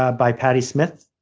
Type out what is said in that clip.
ah by patty smith.